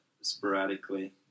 sporadically